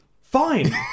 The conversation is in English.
Fine